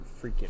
freaking